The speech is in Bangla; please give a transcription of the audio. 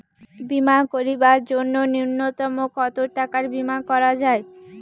বীমা করিবার জন্য নূন্যতম কতো টাকার বীমা করা যায়?